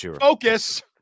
Focus